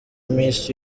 miss